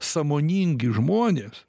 sąmoningi žmonės